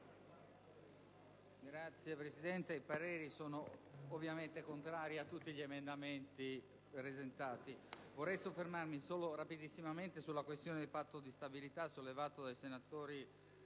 Signor Presidente, il parere è ovviamente contrario a tutti gli emendamenti presentati. Vorrei soffermarmi però sulla questione del Patto di stabilità, sollevata dai senatori